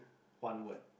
one word